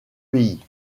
pays